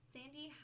Sandy